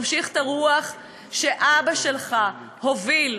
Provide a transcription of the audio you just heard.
תמשיך את הרוח שאבא שלך הוביל.